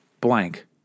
blank